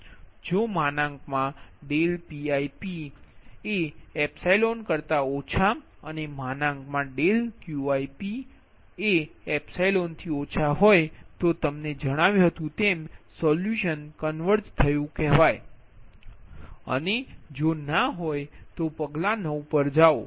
જો માનાક મા ∆Pip∈ અને માનાક મા ∆Qip∈હોય તો તમને જણાવ્યું હતું તેમ સોલ્યુશન કન્વર્ઝડ થયું છે અને જો ના હોય તો પગલા 9 પર જાઓ